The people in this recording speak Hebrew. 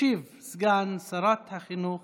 ישיב סגן שרת החינוך